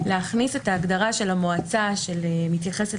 להכניס את ההגדרה של המועצה שמתייחסת